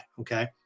Okay